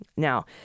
Now